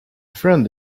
friend